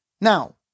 Now